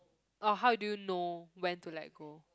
oh how do you know when to let go